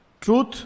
Truth